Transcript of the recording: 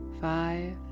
five